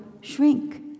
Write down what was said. shrink